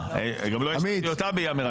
גם לא האשמתי אותה באי אמירת אמת.